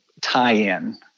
tie-in